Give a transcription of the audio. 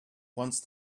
once